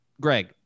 Greg